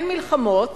אין מלחמות